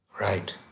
Right